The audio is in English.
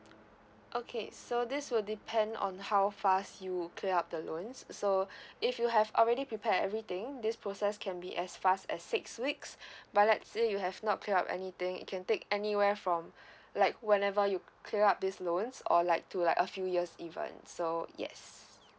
okay so this will depend on how fast you will clear up the loans so if you have already prepare everything this process can be as fast as six weeks but let's say you have not clear up anything it can take anywhere from like whenever you clear up these loans or like to like a few years even so yes